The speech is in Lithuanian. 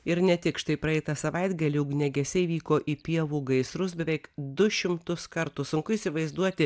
ir ne tik štai praeitą savaitgalį ugniagesiai vyko į pievų gaisrus beveik du šimtus kartų sunku įsivaizduoti